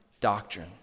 doctrine